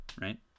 Right